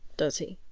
does he?